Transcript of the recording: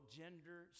gender